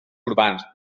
urbans